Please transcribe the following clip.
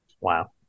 Wow